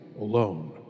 alone